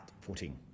footing